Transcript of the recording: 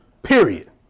period